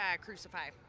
Crucify